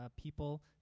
people